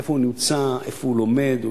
איפה הוא נמצא ואיפה הוא לומד,